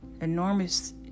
enormous